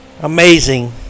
Amazing